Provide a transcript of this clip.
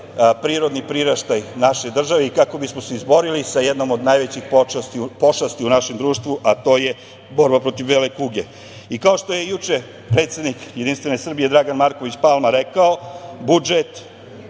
prirodni priraštaj naše države i kako bismo se izborili sa jednom od najvećih pošasti u našem društvu, a to je borba protiv bele kuge. Kao što je juče predsednik JS Dragan Marković Palma rekao – budžet